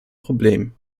problem